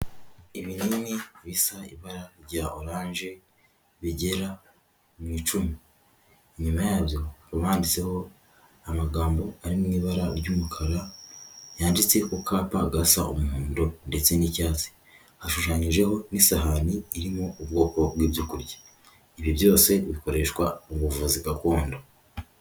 Ibinini bisa ibara rya orange bigera mu icumi. Inyuma yabyo haba handitseho amagambo ari mu ibara ry'umukara yanditse ku kapa gasa umuhondo ndetse n'icyatsi hashushanyijeho n'isahani irimo ubwoko bw'ibyokurya ibi byose bikoreshwa mu buvuzi gakondo.